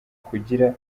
kugira